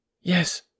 Yes